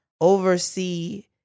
oversee